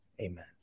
Amen